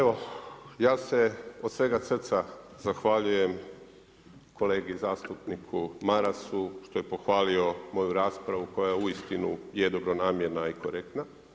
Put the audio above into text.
Evo ja se od svega srca zahvaljujem kolegi zastupniku Marasu što je pohvalio moju raspravu koja uistinu je dobronamjerna i korektna.